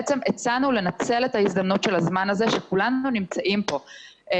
הצענו לנצל את ההזדמנות של הזמן הזה שכולנו נמצאים פה.